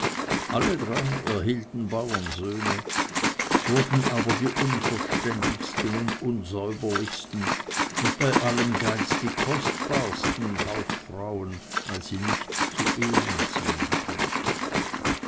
alle drei erhielten bauernsöhne wurden aber die unverständigsten und unsäuberlichsten und bei allem geiz die kostbarsten hausfrauen weil sie nichts zu ehren ziehen konnten